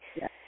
Yes